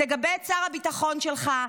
תגבה את שר הביטחון שלך.